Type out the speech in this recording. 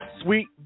sweet